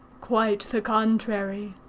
quite the contrary.